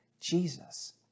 Jesus